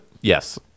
Yes